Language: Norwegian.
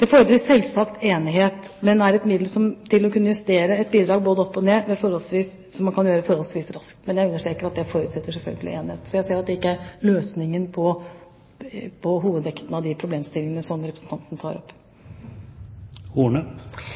Det fordrer selvsagt enighet, men er et middel til å kunne justere et bidrag både opp og ned forholdsvis raskt. Men jeg understreker at det selvfølelig forutsetter enighet. Så jeg ser at det ikke er løsningen på hovedvekten av de problemstillingene som representanten tar opp.